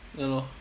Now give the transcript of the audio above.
ya lor